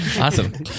Awesome